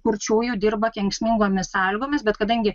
kurčiųjų dirba kenksmingomis sąlygomis bet kadangi